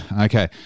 Okay